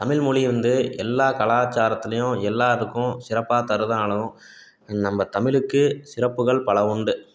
தமிழ்மொலி வந்து எல்லா கலாச்சாரத்துலையும் எல்லாருக்கும் சிறப்பாக தரதுனாலும் நம்ப தமிழக்கு சிறப்புகள் பல உண்டு